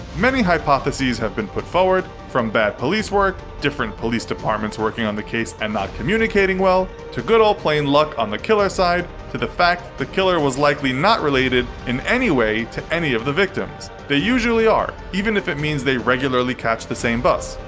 many hypotheses have been put forward, from bad police work, different police departments working on the case and not communicating well, to good ole plain luck on the killer's side, to the fact the killer was likely not related in any way to any of the victims. they usually are, even if it means they regularly catch the same bus.